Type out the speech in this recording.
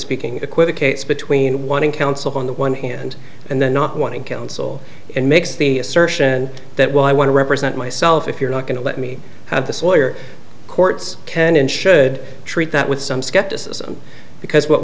equivocates between wanting counsel on the one hand and then not wanting counsel and makes the assertion that well i want to represent myself if you're not going to let me have the sawyer courts can and should treat that with some skepticism because what